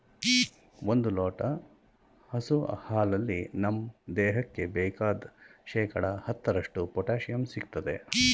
ಒಂದ್ ಲೋಟ ಹಸು ಹಾಲಲ್ಲಿ ನಮ್ ದೇಹಕ್ಕೆ ಬೇಕಾದ್ ಶೇಕಡಾ ಹತ್ತರಷ್ಟು ಪೊಟ್ಯಾಶಿಯಂ ಸಿಗ್ತದೆ